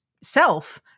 self